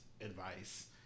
advice